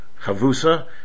Chavusa